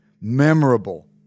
memorable